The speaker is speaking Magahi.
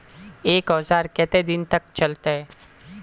एक औजार केते दिन तक चलते?